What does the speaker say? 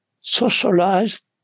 Socialized